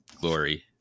glory